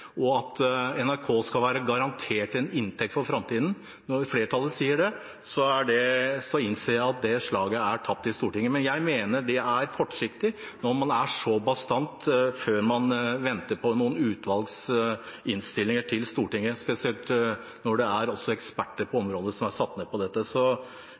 og at NRK skal være garantert en inntekt for framtiden, når flertallet sier det, så innser jeg at det slaget er tapt i Stortinget. Men jeg mener det er kortsiktig å være så bastant mens man venter på noen utvalgs innstillinger til Stortinget, spesielt når det altså er eksperter på området som sitter der. Så